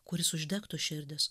kuris uždegtų širdis